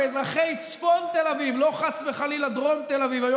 באזרחי צפון תל אביב, לא חס וחלילה דרום תל אביב.